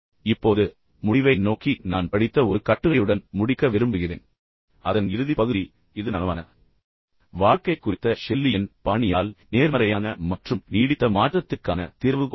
இப்போது முடிவை நோக்கி நான் படித்த ஒரு கட்டுரையுடன் முடிக்க விரும்புகிறேன் அதன் இறுதிப் பகுதி இது நனவான வாழ்க்கை குறித்த ஷெல்லியின் பாணியால் நேர்மறையான மற்றும் நீடித்த மாற்றத்திற்கான திறவுகோலாகும்